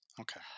Okay